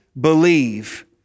Believe